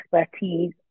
expertise